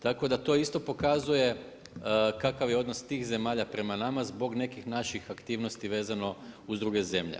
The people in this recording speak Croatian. Tako da to isto pokazuje kakav je odnos tih zemalja prema nama zbog nekih naših aktivnosti vezano uz druge zemlje.